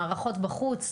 מערכות בחוץ,